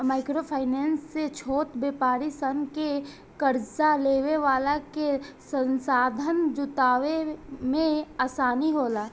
micro finance से छोट व्यापारी सन के कार्जा लेवे वाला के संसाधन जुटावे में आसानी होला